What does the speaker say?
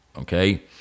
okay